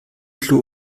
klo